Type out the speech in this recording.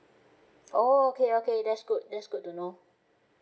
oh okay okay that's good that's good to know